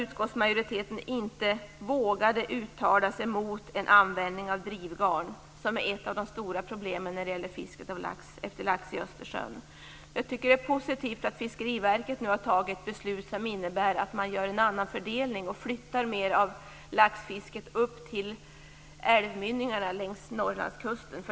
Utskottsmajoriteten vågade inte uttala sig mot en användning av drivgarn, som är ett av de stora problemen vid fiske av lax i Östersjön. Det är positivt att Fiskeriverket nu har fattat beslut som innebär att man gör en annan fördelning och flyttar mer av laxfisket upp till älvmynningarna längs Norrlandskusten.